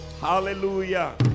Hallelujah